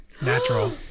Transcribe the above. Natural